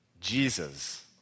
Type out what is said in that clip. Jesus